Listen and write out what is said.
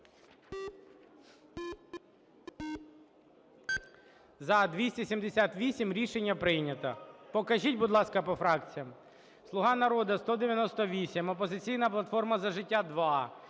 За-278 Рішення прийнято. Покажіть, будь ласка, по фракціях. "Слуга народу" – 198, "Опозиційна платформа - За життя"